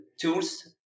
tools